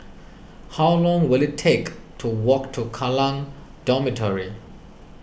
how long will it take to walk to Kallang Dormitory